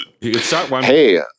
Hey